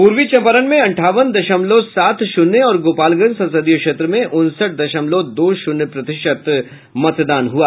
प्रर्वी चंपारण में अठावन दशमलव सात शून्य और गोपालगंज संसदीय क्षेत्र में उनसठ दशमलव दो शून्य प्रतिशत मतदान हुआ